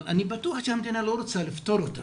אני בטוח שהמדינה לא רוצה לפתור אותה,